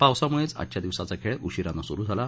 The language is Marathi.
पावसामुळेच आजच्या दिवसाचा खेळ उशीरानं सुरु झाला